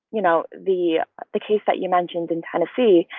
you know, the the case that you mentioned in tennessee.